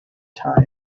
time